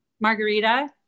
Margarita